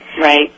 Right